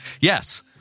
yes